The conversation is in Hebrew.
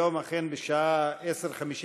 היום, אכן, בשעה 10:55,